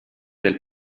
del